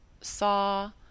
saw